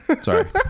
Sorry